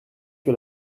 que